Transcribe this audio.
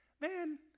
man